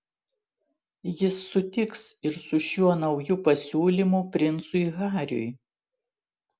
jis sutiks ir su šiuo nauju pasiūlymu princui hariui